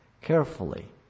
carefully